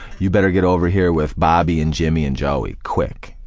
you better get over here with bobby and jimmy and joey quick.